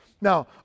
Now